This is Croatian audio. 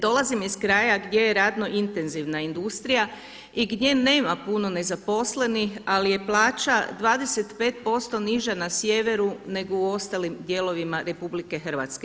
Dolazim iz kraja gdje je radno intenzivna industrija i gdje nema puno nezaposlenih ali je plaća 25% niža na sjeveru nego u ostalim dijelovima RH.